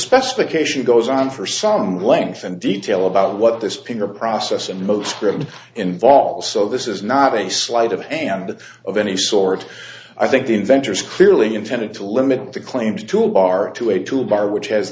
specification goes on for some length and detail about what this pinger process and most crims involves so this is not a sleight of hand of any sort i think the inventors clearly intended to limit the claims toolbar to a toolbar which has